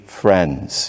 friends